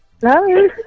Hello